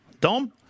Dom